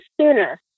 sooner